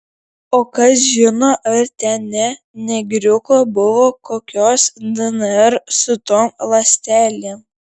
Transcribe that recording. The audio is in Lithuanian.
o kas žino ar ten ne negriuko buvo kokios dnr su tom ląstelėm